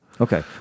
Okay